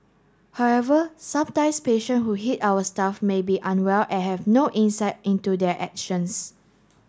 however sometimes patient who hit our staff may be very unwell and have no insight into their actions